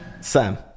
Sam